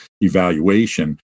evaluation